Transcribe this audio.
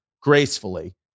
gracefully